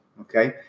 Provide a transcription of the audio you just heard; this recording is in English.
Okay